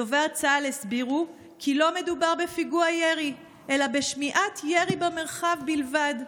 בדובר צה"ל הסבירו כי לא מדובר באירוע ירי אלא בשמיעת ירי במרחב בלבד.